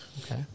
Okay